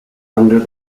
under